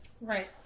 Right